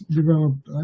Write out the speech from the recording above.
developed